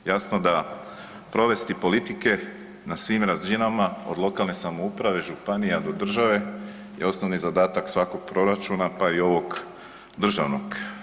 Jasno da provesti politike na svim razinama, od lokalne samouprave, županija, do države je osnovni zadatak svakog proračuna pa i ovog državnog.